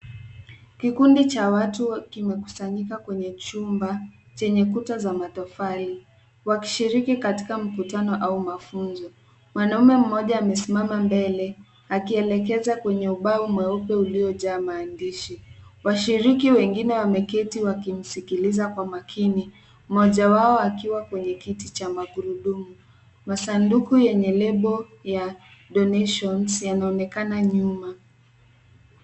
Kikundi cha watu kimekusanyika kwenye chumba chenye kuta za matofali, wakishiriki katika mkutano au mafunzo. Mwanaume mmoja amesimama mbele, akielekeza kwenye ubao mweupe uliojaa maandishi. Washiriki wengine wameketi wakimsikiliza kwa makini, mmoja wao akiwa kwenye kiti cha magurudumu. Masanduku yenye lebo ya donations yanaonekana nyuma.